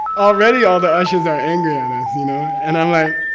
already all the ushers are angry at us, you know? and i'm like,